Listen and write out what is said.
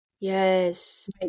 Yes